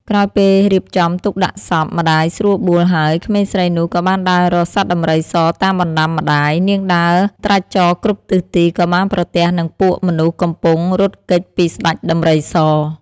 ក្រោយពេលរៀបចំទុកដាក់សព ម្តាយស្រួលបួលហើយក្មេងស្រីនោះក៏បានដើររកសត្វដំរីសតាមបណ្តាំម្តាយ នាងដើរត្រាច់ចរគ្រប់ទិសទីក៏បានប្រទះនឹងពួកមនុស្សកំពុងរត់គេចពីស្តេចដំរីស។